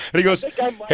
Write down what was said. and he goes, hey,